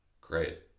Great